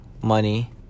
money